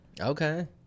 Okay